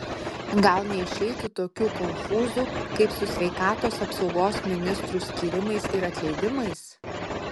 gal neišeitų tokių konfūzų kaip su sveikatos apsaugos ministrų skyrimais ir atleidimais